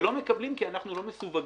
ולא מקבלים כי אנחנו לא מסווגים.